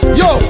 yo